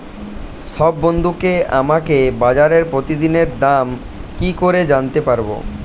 সব বন্ধুকে আমাকে বাজারের প্রতিদিনের দাম কি করে জানাতে পারবো?